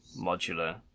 modular